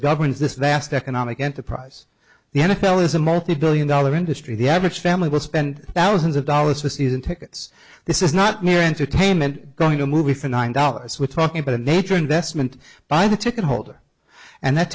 governs this vast economic enterprise the n f l is a multi billion dollar industry the average family will spend thousands of dollars to season tickets this is not mere entertainment going to a movie for nine dollars we're talking about a nature investment by the ticket holder and th